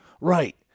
Right